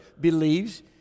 believes